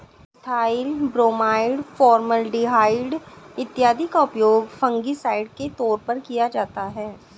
methyl bromide, formaldehyde इत्यादि का उपयोग फंगिसाइड के तौर पर किया जाता है